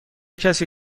کسی